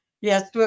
Yes